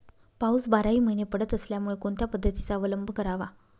पाऊस बाराही महिने पडत असल्यामुळे कोणत्या पद्धतीचा अवलंब करावा?